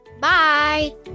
Bye